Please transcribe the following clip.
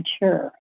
mature